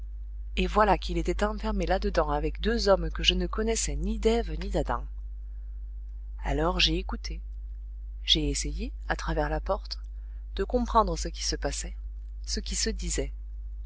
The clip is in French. et voilà qu'il était enfermé là-dedans avec deux hommes que je ne connaissais ni d'eve ni d'adam alors j'ai écouté j'ai essayé à travers la porte de comprendre ce qui se passait ce qui se disait